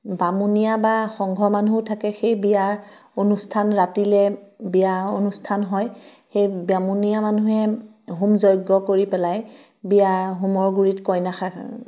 বামুণীয়া বা সংঘৰ মানুহো থাকে সেই বিয়াৰ অনুষ্ঠান ৰাতিলৈ বিয়া অনুষ্ঠান হয় সেই বামুণীয়া মানুহে হোম যজ্ঞ কৰি পেলাই বিয়া হোমৰ গুৰিত কইনা